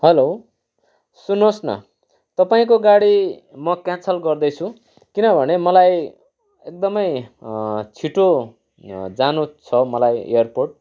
hello सुन्नुहोस् न तपाईँको गाडी म क्यान्सल गर्दैछु किनभने मलाई एकदमै छिटो जानु छ मलाई एयरपोर्ट